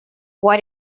why